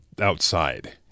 outside